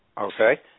Okay